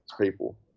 people